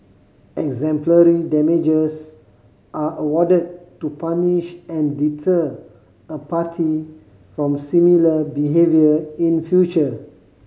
exemplary damages are awarded to punish and deter a party from similar behaviour in future